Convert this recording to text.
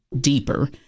deeper